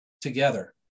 together